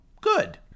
good